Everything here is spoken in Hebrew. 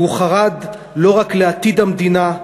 והוא חרד לא רק לעתיד המדינה,